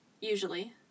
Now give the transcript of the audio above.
usually